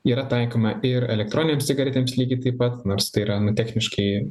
yra taikoma ir elektroninėms cigaretėms lygiai taip pat nors tai yra nu techniškai